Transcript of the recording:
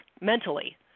mentally